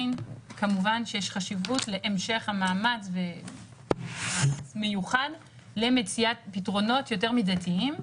עדיין כמובן שיש חשיבות להמשך המאמץ מיוחד למציאת פתרונות יותר מידתיים.